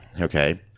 Okay